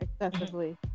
excessively